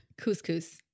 Couscous